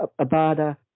Abada